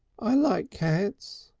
i like cats,